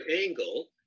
angle